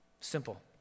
Simple